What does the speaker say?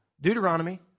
Deuteronomy